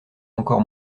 encore